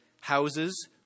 houses